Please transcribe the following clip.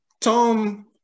Tom